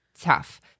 tough